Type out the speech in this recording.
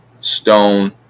stone